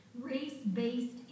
Race-based